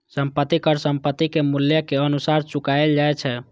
संपत्ति कर संपत्तिक मूल्यक अनुसार चुकाएल जाए छै